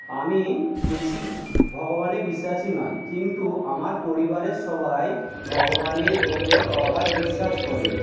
আমি বেশি ভগবানে বিশ্বাসী নয় কিন্তু আমার পরিবারের সবাই ভগবানের উপর অগাধ বিশ্বাস করে